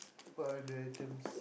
what are the items